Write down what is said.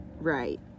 Right